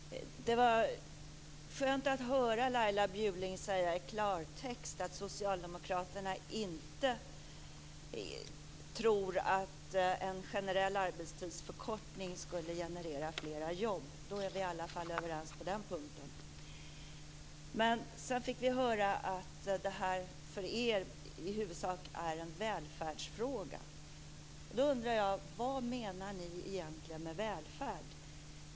Fru talman! Det var skönt att höra Laila Bjurling tala klarspråk och säga att Socialdemokraterna inte tror att en generell arbetstidsförkortning genererar fler jobb. I alla fall på den punkten är vi överens. Sedan fick vi höra att det här för er socialdemokrater i huvudsak är en välfärdsfråga. Då undrar jag: Vad menar ni egentligen med välfärd?